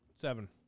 Seven